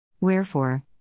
Wherefore